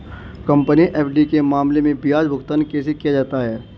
Company FD के मामले में ब्याज भुगतान कैसे किया जाता है?